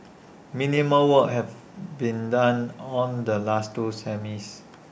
minimal work had been done on the last two semis